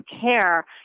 care